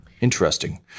Interesting